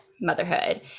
motherhood